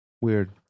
Weird